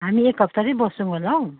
हामी एक हफ्ता चाहिँ बस्छौँ होला हौ